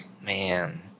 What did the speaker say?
man